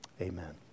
amen